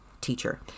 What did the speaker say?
teacher